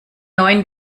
neun